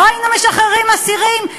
לא היינו משחררים אסירים,